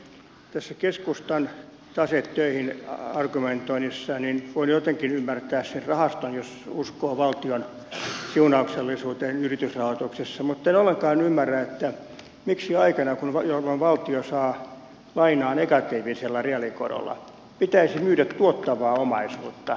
tässä keskustan taseet töihin argumentoinnissa voin jotenkin ymmärtää sen rahaston jos uskoo valtion siunauksellisuuteen yritysrahoituksessa mutten ollenkaan ymmärrä miksi aikana jolloin valtio saa lainaa negatiivisella reaalikorolla pitäisi myydä tuottavaa omaisuutta tämän rahoittamiseksi